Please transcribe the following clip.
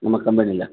நம்ம கம்பெனியில்